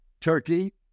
Turkey